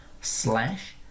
slash